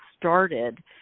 started